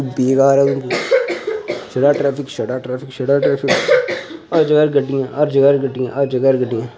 छड़ा ट्रैफिक छड़ा ट्रैफिक छड़ा ट्रैफिक हर जगह् र गड्डियां हर जगह् र गड्डियां हर जगह् र गड्डियां